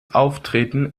auftreten